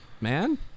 man